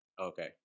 Okay